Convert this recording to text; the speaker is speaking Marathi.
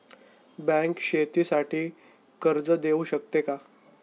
बँक शेतीसाठी कर्ज देऊ शकते का?